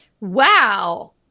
Wow